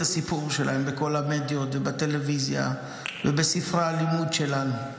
הסיפור שלהם בכל המדיות ובטלוויזיה ובספרי הלימוד שלנו.